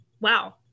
wow